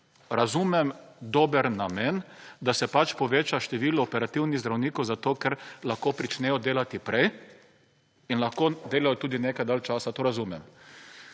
Razumem dober namen, da se pač poveča število operativnih zdravnikov zato, ker lahko pričnejo delati prej in lahko delajo tudi nekaj dalj časa. To razumem.